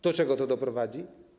Do czego to doprowadzi?